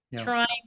trying